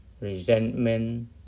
resentment